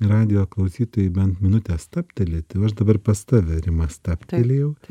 radijo klausytojai bent minutę stabtelėti o aš dabar pas tave rima stabtelėjau